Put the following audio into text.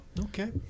okay